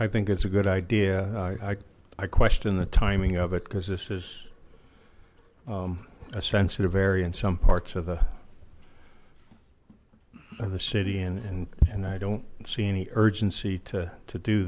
i think it's a good idea i i question the timing of it because this is a sensitive area in some parts of the of the city and and and i don't see any urgency to do